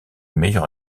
meilleur